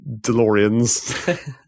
DeLoreans